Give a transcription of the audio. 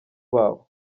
babo